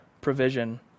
provision